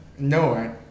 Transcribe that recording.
No